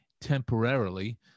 temporarily